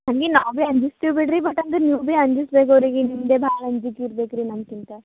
ಹಾಗೆ ನಾವು ಬಿ ಅಂಜಿಸ್ತೀವಿ ಬಿಡಿರಿ ಬಟ್ ಆದರೂ ನೀವು ಬಿ ಅಂಜಸ್ಬೇಕು ಅವರಿಗೆ ನಿಮ್ಮದೇ ಭಾಳ ಅಂಜಿಕೆ ಇರ್ಬೇಕು ರೀ ನಮಕಿಂತ